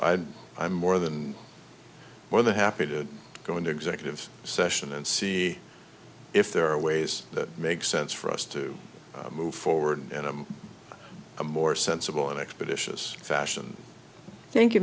i'm i'm more than more than happy to go into executive session and see if there are ways that make sense for us to move forward and i'm a more sensible and expeditious fashion thank you